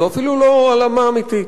זו אפילו לא הלאמה אמיתית.